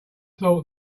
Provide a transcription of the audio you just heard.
thought